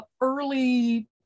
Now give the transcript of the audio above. early